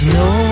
no